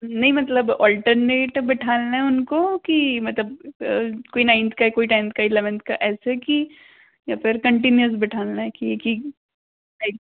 नहीं मतलब ऑल्टर्नेट बिठाना है उनको कि मतलब कोई नाइनथ का कोई टेन्थ ईलेवन्थ ऐसे कि या फिर कन्टिन्यूअस बैठना है कि की टाइप